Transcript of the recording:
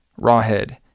Rawhead